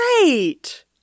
Great